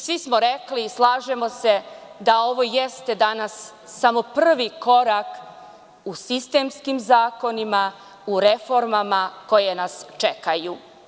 Svi smo rekli i slažemo se da ovo jeste danas samo prvi korak u sistemskim zakonima, u reformama koje nas čekaju.